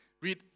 read